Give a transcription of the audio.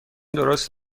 درست